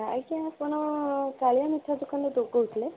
ଆଜ୍ଞା ଆପଣ କାଳିଆ ମିଠା ଦୋକାନରୁ କହୁଥିଲେ